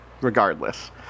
regardless